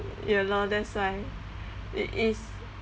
ya lor that's why it is